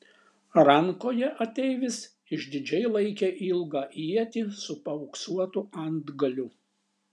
rankoje ateivis išdidžiai laikė ilgą ietį su paauksuotu antgaliu